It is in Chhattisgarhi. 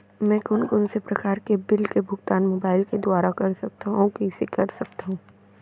मैं कोन कोन से प्रकार के बिल के भुगतान मोबाईल के दुवारा कर सकथव अऊ कइसे कर सकथव?